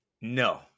No